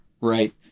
right